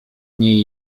niej